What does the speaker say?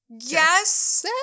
Yes